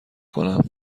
کنم